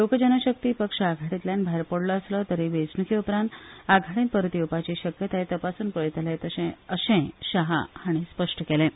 लोकजनशक्ती पक्ष आघाडींतल्यान भायर पडिल्लो आसलो तरी वेंचणुके उपरांत आघाडींत परतून येवपाची शक्यताय तपासून पळयतले अशेंय शाह हांणी स्पश्ट केलां